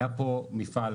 היה פה מפעל,